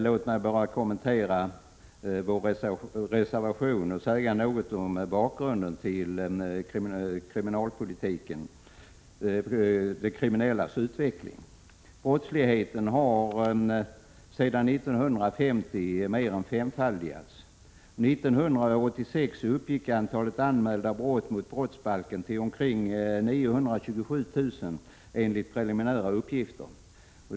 Låt mig bara innan jag kommenterar vår reservation säga något om bakgrunden kriminalpolitiskt. Sedan 1950 har brotten mer än femfaldigats. År 1986 uppgick antalet anmälda brott mot brottsbalken till omkring 927 000 enligt preliminära uppgifter.